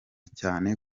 cyane